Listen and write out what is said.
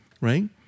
Right